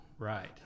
Right